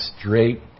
straight